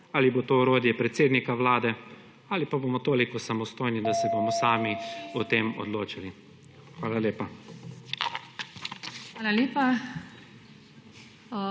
ali bo to orodje predsednika vlade ali pa bomo toliko samostojni, da se bomo sami o tem odločili. Hvala lepa.